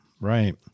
Right